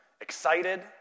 excited